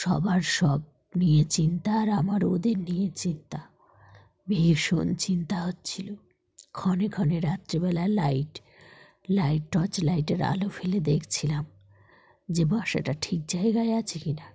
সবার সব নিয়ে চিন্তা আর আমার ওদের নিয়ে চিন্তা ভীষণ চিন্তা হচ্ছিলো ক্ষণে ক্ষণে রাত্রিবেলা লাইট লাইট টর্চ লাইটের আলো ফেলে দেখছিলাম যে বাসাটা ঠিক জায়গায় আছে কিনা